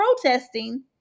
protesting